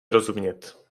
rozumět